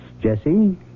Jesse